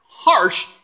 harsh